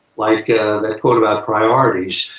like that quote on priorities,